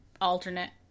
alternate